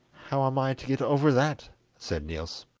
how am i to get over that said niels.